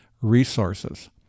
resources